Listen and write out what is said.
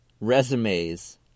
resumes